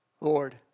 Lord